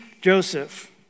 joseph